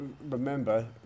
remember